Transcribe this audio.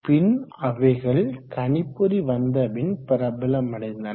பின் அவைகள் கணிப்பொறி வந்தபின் பிரபலமடைந்தன